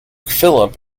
philip